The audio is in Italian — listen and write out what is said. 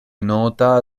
nota